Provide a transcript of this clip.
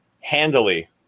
handily